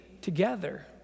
together